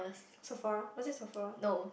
Safara or is it Safara